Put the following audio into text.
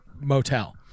motel